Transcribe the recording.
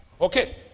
okay